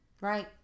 Right